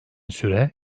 süre